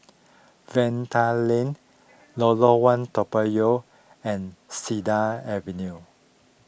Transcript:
Vanda Link Lorong one Toa Payoh and Cedar Avenue